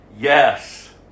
Yes